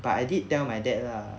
but I did tell my dad lah